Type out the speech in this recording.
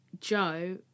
Joe